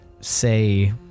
say